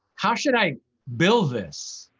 how should i bill this?